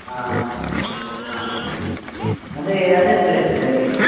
ಹಾಂ ಹಾಂ ಅಂದ್ರೆ ಯಾವ್ದು ಯಾವ್ದು ಪ್ಲೇಸ್ ಇದೆ ಅಲ್ಲಿ